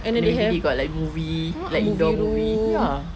and maybe they got like movie like indoor movie ya